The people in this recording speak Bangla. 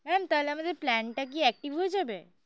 ম্যাম তাহলে আমাদের প্ল্যানটা কি অ্যাক্টিভ হয়ে যাবে